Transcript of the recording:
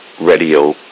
Radio